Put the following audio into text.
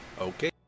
Okay